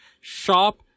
shop